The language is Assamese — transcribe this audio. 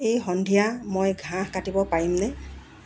এই সন্ধিয়া মই ঘাঁহ কাটিব পাৰিমনে